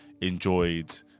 enjoyed